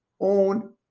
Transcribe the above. own